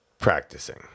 practicing